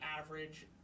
average